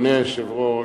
אדוני היושב-ראש,